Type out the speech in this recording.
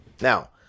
Now